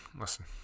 listen